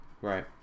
right